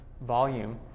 volume